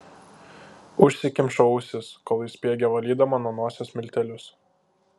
užsikimšau ausis kol ji spiegė valydama nuo nosies miltelius